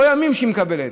לא ימים שהיא מקבלת.